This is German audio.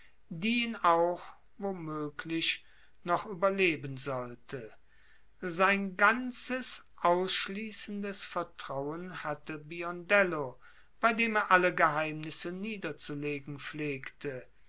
ihn auch wo möglich noch überleben sollte sein ganzes ausschließendes vertrauen hatte biondello bei dem er alle geheimnisse niederzulegen pflegte